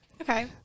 okay